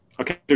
Okay